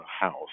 house